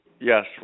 yes